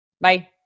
Bye